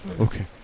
Okay